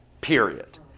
period